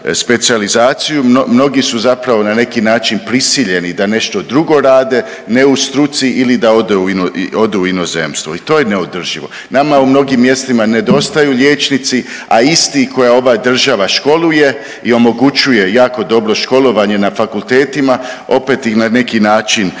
mnogi su zapravo na neki način prisiljeni da nešto drugo rade ne u struci ili da ode u inozemstvo i to je neodrživo. Nama u mnogim mjestima nedostaju liječnici, a isti koje ova država školuje i omogućuje jako dobro školovanje na fakultetima opet ih na neki način tjera